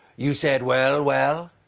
you said well, well?